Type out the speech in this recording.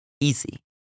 easy